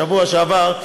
בשבוע שעבר,